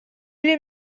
les